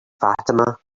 fatima